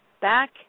back